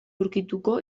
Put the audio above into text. aurkituko